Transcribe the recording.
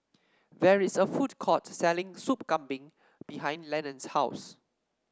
there is a food court selling Soup Kambing behind Lenon's house